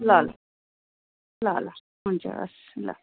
ल ल ल ल हुन्छ हवस् ल